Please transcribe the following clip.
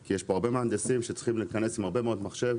כי יש כאן הרבה מהנדסים שצריכים להיכנס עם הרבה מאוד מחשבים.